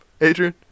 Adrian